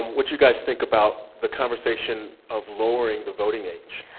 what you guys think about the conversation of lowering the voting age.